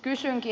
kysynkin